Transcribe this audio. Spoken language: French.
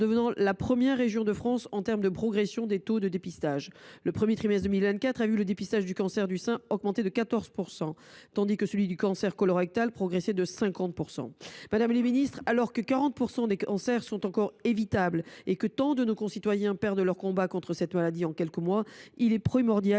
devenant la première région de France du point de vue de la progression des taux de dépistage. Le premier trimestre de 2024 a ainsi vu le dépistage du cancer du sein augmenter de 14 %, tandis que celui du cancer colorectal progressait de 50 %. Madame la ministre, alors que 40 % des cancers sont encore évitables et que tant de nos concitoyens perdent leur combat contre cette maladie en quelques mois, il est primordial